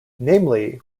namely